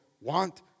want